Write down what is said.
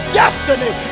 destiny